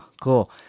cool